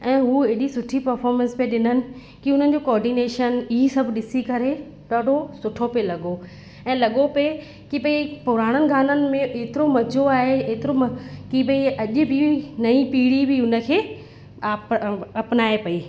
ऐं हुओ एडी सुठी परफॉर्मेंस पई ॾिननि की उन्हनि जो कॉर्डिनेशन ईअं सभु ॾिसी करे ॾाढो सुठो पियो लॻो ऐं लॻो पए की भाई पुराणनि गाननि में एतिरो मजो आहे एतिरो की भाई अॼु बि नई पीढ़ी बि उन खे आप अपनाए पई